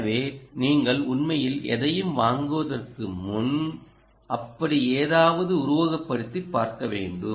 எனவே நீங்கள் உண்மையில் எதையும் வாங்குவதற்கு முன் அப்படி ஏதாவது உருவகப்படுத்தி பார்க்க வேண்டும்